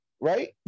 right